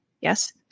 Yes